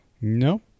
No